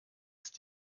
ist